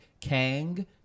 KANG